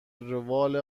روال